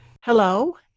Hello